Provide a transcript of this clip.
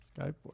Skype